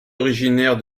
originaire